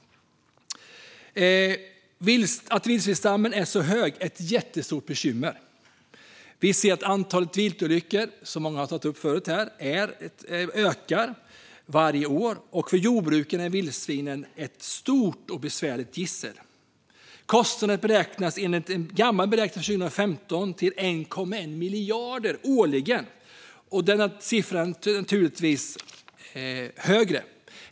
Att vildsvinsstammen är så stor är ett jättebekymmer. Vi ser att antalet viltolyckor, som många har tagit upp här, ökar varje år, och för jordbruket är vildsvinen ett stort och besvärligt gissel. Kostnaderna uppgår enligt en gammal beräkning från 2015 till 1,1 miljard årligen, men siffran är naturligtvis högre.